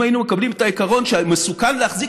אם היינו מקבלים את העיקרון שמסוכן להחזיק